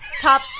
Top